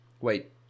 Wait